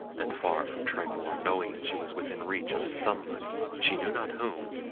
and far from tranquil on knowing she was within reach of somebody, she knew not whom,